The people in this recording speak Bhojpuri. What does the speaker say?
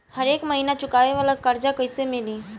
हरेक महिना चुकावे वाला कर्जा कैसे मिली?